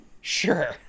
sure